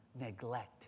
neglect